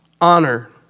Honor